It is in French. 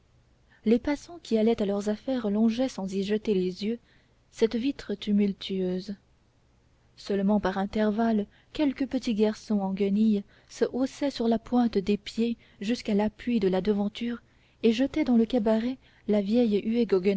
les passants qui allaient à leurs affaires longeaient sans y jeter les yeux cette vitre tumultueuse seulement par intervalles quelque petit garçon en guenilles se haussait sur la pointe des pieds jusqu'à l'appui de la devanture et jetait dans le cabaret la vieille